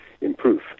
improve